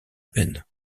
peine